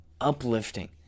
uplifting